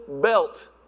Belt